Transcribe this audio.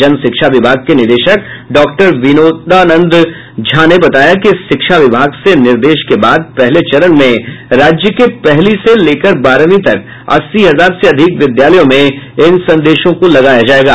जन शिक्षा विभाग के निदेशक डॉक्टर विनोदानंद झा ने बताया कि शिक्षा विभाग से निर्देश के बाद पहले चरण में राज्य के पहली से लेकर बारहवीं तक अस्सी हजार से अधिक विद्यालयों में इन संदेशों को लगाया जायेगा